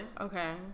Okay